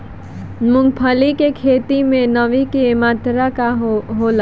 मूँगफली के खेत में नमी के मात्रा का होखे?